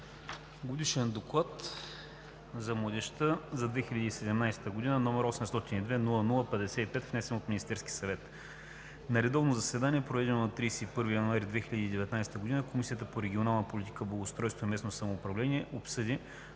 колеги, „ДОКЛАД за младежта за 2017 г., № 802-00-55, внесен от Министерския съвет На редовно заседание, проведено на 31 януари 2019 г., Комисията по регионална политика, благоустройство и местно самоуправление обсъди